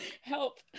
Help